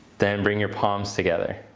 then bring your palms together.